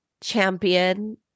champion